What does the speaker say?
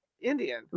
indian